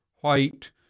white